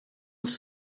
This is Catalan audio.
els